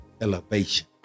elevation